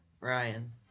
Ryan